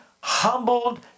humbled